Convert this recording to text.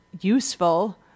useful